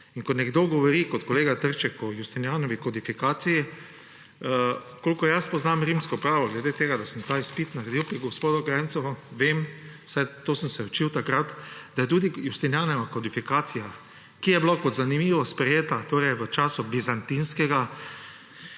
In ko nekdo govori, kot kolega Trček, o Justinijanovi kodifikaciji, kolikor jaz poznam rimsko pravo glede na to, da sem ta izpit naredil pri gospodu Kranjcu, vem, vsaj to sem se učil takrat, da je tudi Justinijanova kodifikacija, ki je bila – kot zanimivost – sprejeta v času bizantinskega